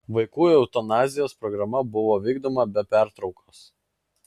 vaikų eutanazijos programa buvo vykdoma be pertraukos